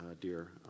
dear